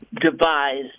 devised